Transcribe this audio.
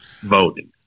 Voting